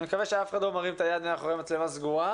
אני מקווה שאף אחד לא מרים את היד מאחורי מצלמה סגורה.